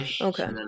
okay